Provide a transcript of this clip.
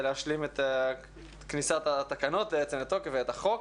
להשלים את כניסת התקנות לתוקף ואת החוק